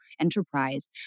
enterprise